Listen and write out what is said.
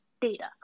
data